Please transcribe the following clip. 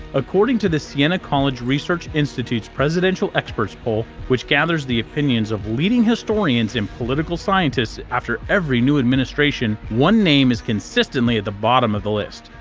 according to the sienna college research institute's presidential experts poll, which gathers the opinions of leading historians and political scientists after every new administration, one name is consistently at the bottom of the list.